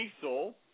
Diesel